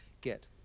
get